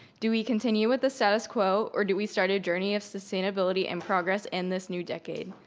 do we continue with the status quo, or do we start a journey of sustainability and progress in this new decade?